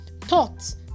Thoughts